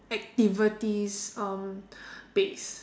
activities um based